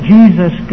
Jesus